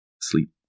sleep